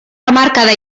hamarkada